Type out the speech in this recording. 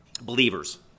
believers